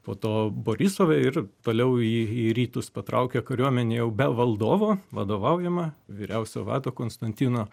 po to borisove ir toliau į į rytus patraukė kariuomenė jau be valdovo vadovaujama vyriausiojo vado konstantino